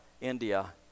India